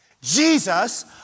Jesus